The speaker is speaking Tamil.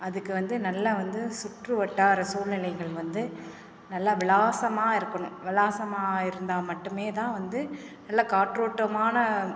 அதுக்கு வந்து நல்லா வந்து சுற்று வட்டார சூழ்நிலைகள் வந்து நல்லா விலாசமாக இருக்கணும் விலாசமாக இருந்தால் மட்டுமே தான் வந்து நல்ல காற்றோட்டமான